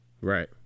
Right